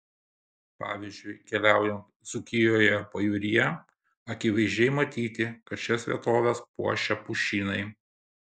pavyzdžiui keliaujant dzūkijoje ar pajūryje akivaizdžiai matyti kad šias vietoves puošia pušynai